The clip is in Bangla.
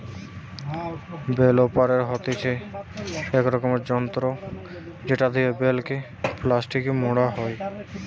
বেল ওরাপের হতিছে ইক রকমের যন্ত্র জেটো দিয়া বেল কে প্লাস্টিকে মোড়া হই